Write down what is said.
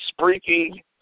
Spreaky